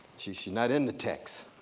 she's she's not in the text.